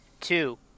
Two